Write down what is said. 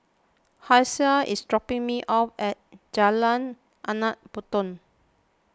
Hasel is dropping me off at Jalan Anak Patong